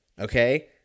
okay